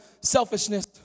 selfishness